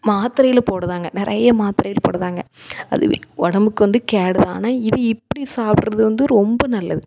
மாத்திரையில் போடுறாங்க நிறைய மாத்திரையில் போடுறாங்க அதுவே உடம்புக்கு வந்து கேடுதான் ஆனால் இது இப்படி சாப்பிட்றது வந்து ரொம்ப நல்லது